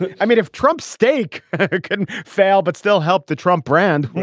i mean, if trump's stake can fail but still help the trump brand,